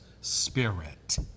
spirit